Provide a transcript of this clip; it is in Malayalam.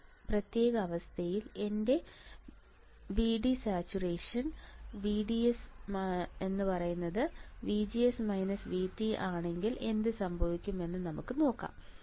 ഈ പ്രത്യേക അവസ്ഥയിൽ എന്റെ വിഡി സാച്ചുറേഷൻ VDSVGS VT ആണെങ്കിൽ എന്ത് സംഭവിക്കും എന്ന് നമുക്ക് നോക്കാം